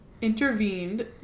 intervened